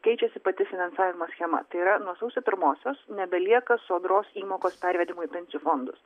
keičiasi pati finansavimo schema tai yra nuo sausio primosios nebelieka sodros įmokos pervedimo į pensijų fondus